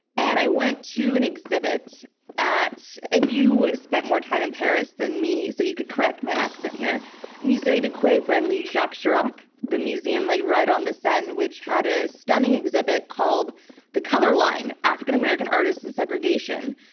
and i went to an exhibit at and you spent more time in paris than me, so you could correct my accent here musee du quai branly-jacques chirac, the museum like right on the seine, which had a stunning exhibit called the color line african-american artists and segregation.